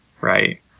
right